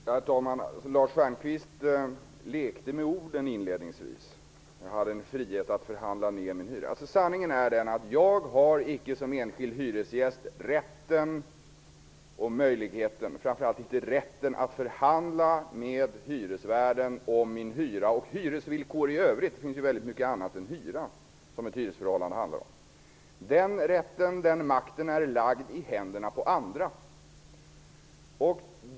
Herr talman! Lars Stjernkvist lekte inledningsvis med orden. Han sade att jag har en frihet att förhandla ner min hyra. Sanningen är den att jag som enskild hyresgäst icke har rätten och möjligheten, framför allt inte rätten, att förhandla med hyresvärden om min hyra och hyresvillkor i övrigt. Ett hyresförhållande handlar ju också om väldigt mycket annat än hyra. Den rätten och den makten är lagd i händerna på andra.